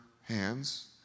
hands